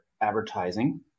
advertising